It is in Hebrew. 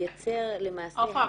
לייצר -- עפרה,